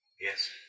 Yes